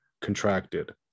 contracted